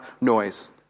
noise